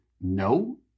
no